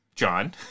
John